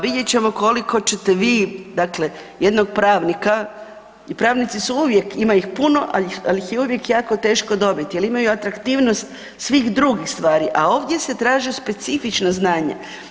Vidjet ćemo koliko ćete vi, dakle jednog pravnika, i pravnici su uvijek, ima ih puno, ali ih je uvijek jako teško dobiti jer imaju atraktivnost svih drugih stvari, a ovdje se traže specifična znanja.